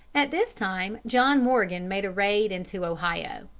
at this time john morgan made a raid into ohio.